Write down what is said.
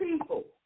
people